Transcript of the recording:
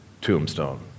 tombstone